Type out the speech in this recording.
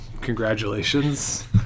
Congratulations